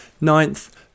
Ninth